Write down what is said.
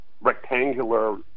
rectangular